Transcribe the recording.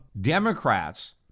Democrats